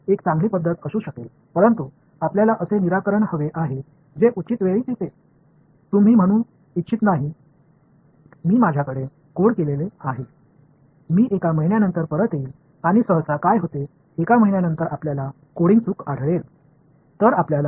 இறுதியில் நீங்கள் ஒரு நல்ல முறையைக் கொண்டிருக்கலாம் ஆனால் நீங்கள் நியாயமான நேரத்திற்குள் ஒரு தீர்வை நீங்கள் விரும்புகிறீர்கள் நான் அதை கோட் செய்து உள்ளேன் ஒரு மாதத்திற்குப் பிறகு நான் திரும்பி வருவேன் என்று சொல்ல விரும்பவில்லை பொதுவாக 1 மாதத்திற்குப் பிறகு என்ன நடக்கும் என்றால் நீங்கள் கோட் இல் தவறை கண்டுபிடிப்பீர்கள்